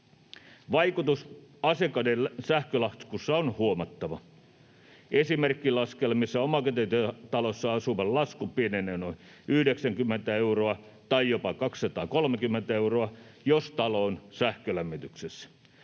Vaikutus asiakkaiden sähkölaskussa on huomattava. Esimerkkilaskelmissa omakotitalossa asuvan lasku pienenee noin 90 euroa tai jopa 230 euroa, jos talo on sähkölämmityksessä.